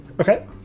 Okay